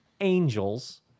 angels